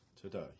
today